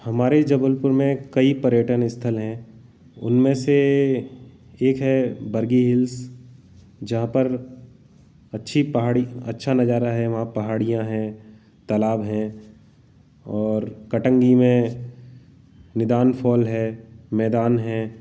हमारे जबलपुर में कई पर्यटन स्थल हैं उनमें से एक है बर्गी हिल्स जहाँ पर अच्छी पहाड़ी अच्छा नज़ारा है वहाँ पहाड़ियाँ हैं तालाब हैं और कटंगी में निदान फॉल है मैदान है